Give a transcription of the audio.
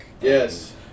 yes